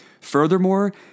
Furthermore